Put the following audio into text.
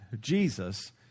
Jesus